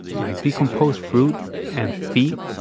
like decomposed fruit and feet